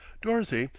dorothy,